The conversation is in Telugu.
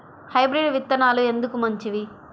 హైబ్రిడ్ విత్తనాలు ఎందుకు మంచివి?